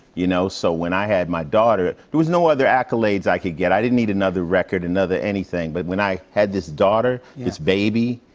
you know? so, when i had my daughter, there was no other accolades i could get. i didn't need another record, another anything, but when i had this daughter, this baby,